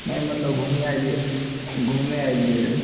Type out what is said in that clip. नहि मतलब घूमै एलिऐ घूमै एलिऐ रह